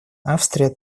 австрия